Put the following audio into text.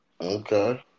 Okay